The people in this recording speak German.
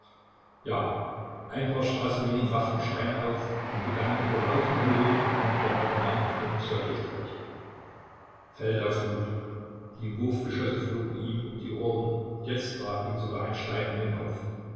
ja ein paar straßenjungen rafften steine auf und begannen unter lautem hallo ein bombardement auf den pseudo strolch feldau fluchte die wurfgeschosse flogen ihm um die ohren jetzt traf ihn sogar ein stein an den kopf